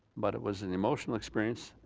but it was an emotional experience,